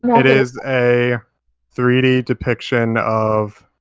it is a three d depiction of